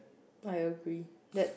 I agree that